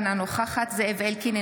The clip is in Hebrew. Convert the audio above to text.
אינה נוכחת זאב אלקין,